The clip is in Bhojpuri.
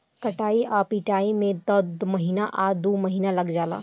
कटाई आ पिटाई में त महीना आ दु महीना लाग जाला